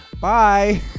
Bye